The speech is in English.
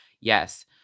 Yes